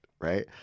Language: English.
right